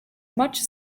much